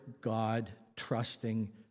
God-trusting